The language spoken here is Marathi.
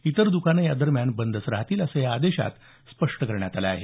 इतर दुकानं यादरम्यान बंदच राहतील असं या आदेशात स्पष्ट करण्यात आलं आहे